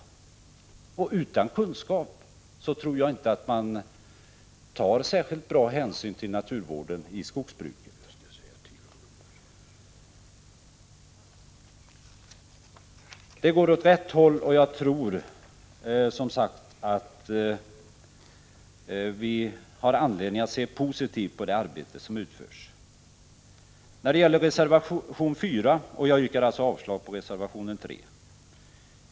Den som inte har kunskaper tror jag inte tar särskilt stor hänsyn till naturvården i skogsbruket. Men det går åt rätt håll, och jag tror att vi har anledning att se positivt på det arbete som utförs. Jag yrkar därmed avslag på reservation 3.